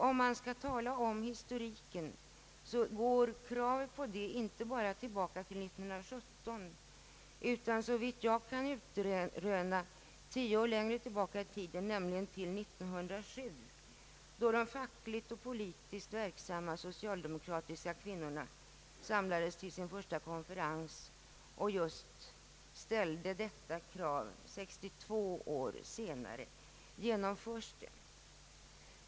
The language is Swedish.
Om man skall gå in på historiken går kraven på denna arvsrätt inte tillbaka endast till 1917 utan, såvitt jag kan utröna, 10 år längre, nämligen till 1907. Då samlades de fackligt och politiskt verksamma socialdemokratiska kvinnorna till sin första konferens och ställde krav just på denna arvsrätt. 62 år senare genomförs kravet.